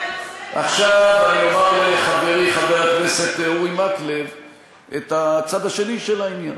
עכשיו אומר לחברי חבר הכנסת אורי מקלב את הצד השני של העניין,